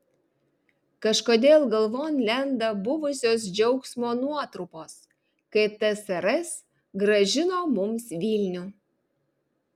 kažkodėl galvon lenda buvusios džiaugsmo nuotrupos kai tsrs grąžino mums vilnių